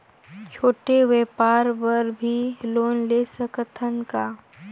छोटे व्यापार बर भी लोन ले सकत हन का?